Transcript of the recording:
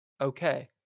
Okay